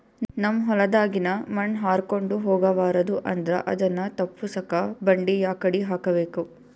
ನಮ್ ಹೊಲದಾಗಿನ ಮಣ್ ಹಾರ್ಕೊಂಡು ಹೋಗಬಾರದು ಅಂದ್ರ ಅದನ್ನ ತಪ್ಪುಸಕ್ಕ ಬಂಡಿ ಯಾಕಡಿ ಹಾಕಬೇಕು?